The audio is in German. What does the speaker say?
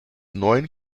neun